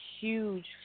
huge